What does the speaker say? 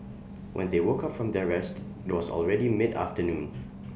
when they woke up from their rest IT was already midafternoon